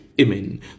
amen